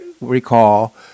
recall